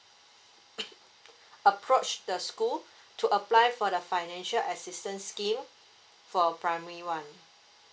approach the school to apply for the financial assistance scheme for primary one